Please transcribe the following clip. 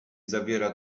zawiera